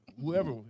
whoever